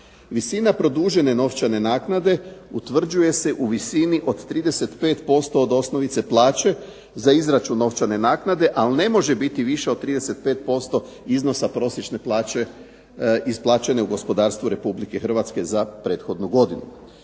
Visina produžene novčane naknade utvrđuje se u visini od 35% od osnovice plaće za izračun novčane naknade, ali ne može biti viša od 35% iznosa prosječne plaće isplaćene u gospodarstvu Republike Hrvatske za prethodnu godinu.